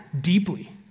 deeply